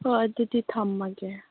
ꯍꯣꯏ ꯑꯗꯨꯗꯤ ꯊꯝꯃꯒꯦ